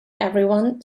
everyone